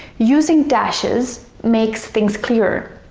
using dashes makes things clearer,